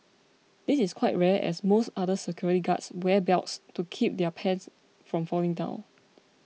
this is quite rare as most other security guards wear belts to keep their pants from falling down